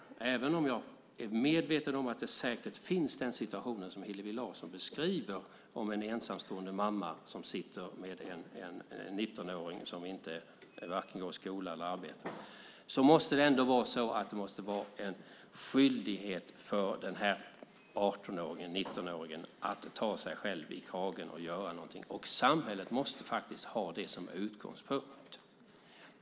Även om jag är medveten om att det säkert finns situationer som den Hillevi Larsson beskriver - en ensamstående mamma som sitter med en 19-åring som varken går i skolan eller arbetar - måste det ändå vara en skyldighet för denna 18-19-åring att ta sig själv i kragen och göra någonting. Samhället måste faktiskt ha detta som utgångspunkt.